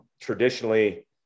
traditionally